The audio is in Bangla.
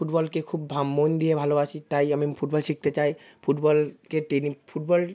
ফুটবলকে খুব মন দিয়ে ভালোবাসি তাই আমি ফুটবল শিখতে চাই ফুটবলকে ফুটবল